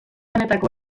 honetako